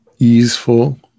Easeful